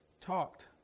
talked